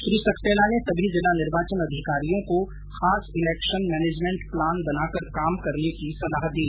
श्री सक्सेना ने सभी जिला निर्वाचन अधिकारियों को खास इलेक्शन मैनेजमेंट प्लान बनाकर काम करने की सलाह दी